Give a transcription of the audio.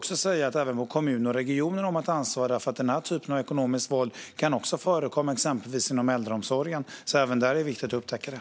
Våra kommuner och regioner måste också ta ansvar, för den här typen av ekonomiskt våld kan även förekomma exempelvis inom äldreomsorgen, och det är viktigt att upptäcka det.